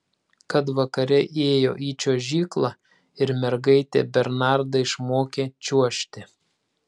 kad vakare ėjo į čiuožyklą ir mergaitė bernardą išmokė čiuožti